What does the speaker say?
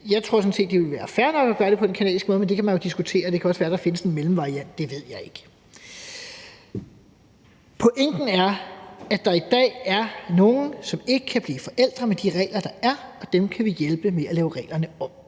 set, at det ville være fair nok at gøre det på den canadiske måde, men det kan man jo diskutere, og det kan også være, at der findes en mellemvariant – det ved jeg ikke. Pointen er, at der i dag er nogle, som ikke kan blive forældre med de regler, der er, og dem kan vi hjælpe ved at lave reglerne om.